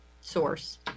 source